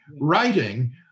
writing